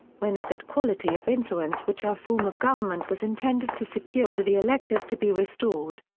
when is that quality of influence which our form of government was intended to secure to the electors to be restored?